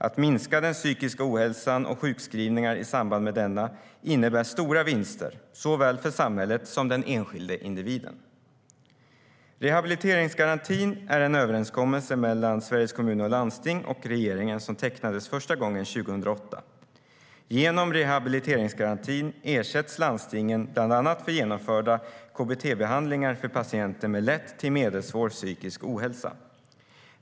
Att minska den psykiska ohälsan och sjukskrivningar i samband med denna innebär stora vinster för såväl samhället som den enskilde. Rehabiliteringsgarantin är en överenskommelse mellan Sveriges Kommuner och Landsting och regeringen som tecknades första gången 2008. Genom rehabiliteringsgarantin ersätts landstingen bland annat för genomförda KBT-behandlingar för patienter med lätt till medelsvår psykisk ohälsa.